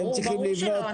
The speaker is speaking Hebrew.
ברור שלא.